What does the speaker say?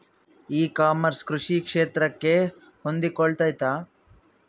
E commerce ಕೃಷಿ ಕ್ಷೇತ್ರಕ್ಕೆ ಹೊಂದಿಕೊಳ್ತೈತಾ?